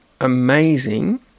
amazing